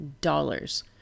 dollars